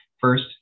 First